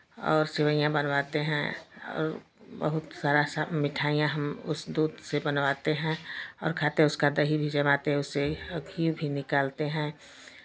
और सेवइयाँ बनवाते हैं और बहुत सारा सा मिठाइयाँ हम उस दूध से बनवाते हैं और खाते उसका दही भी जमाते हैं उससे घी भी निकालते हैं